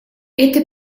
это